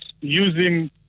using